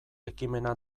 ekimena